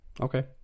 Okay